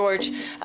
ג'ורג',